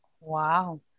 wow